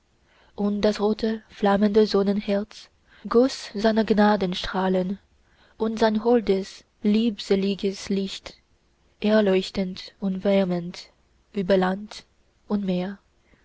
und das rote flammende sonnenherz goß seine gnadenstrahlen und sein holdes liebseliges licht erleuchtend und wärmend über land und meer